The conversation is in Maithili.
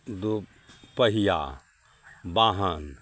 दू पहिया बाहन